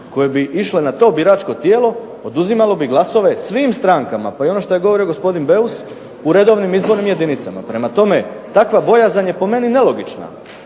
koje bi išle na to biračko tijelo oduzimalo bi glasove svim strankama, pa i ono što je govorio gospodin Beus u redovnim izbornim jedinicama. Prema tome takva bojazan je po meni nelogična,